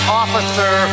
officer